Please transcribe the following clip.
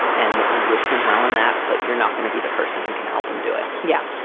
and that you wish him well in that. but you're not going to be the person who can help him do it. yeah,